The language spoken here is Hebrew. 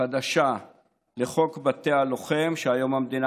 חדשה לחוק בתי הלוחם, היום המדינה